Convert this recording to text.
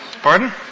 Pardon